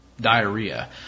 diarrhea